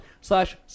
slash